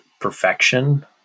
perfection